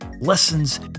lessons